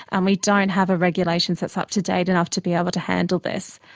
and we don't have a regulation that's up-to-date enough to be able to hand this,